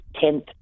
tenth